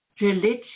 religion